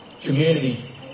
community